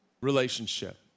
relationship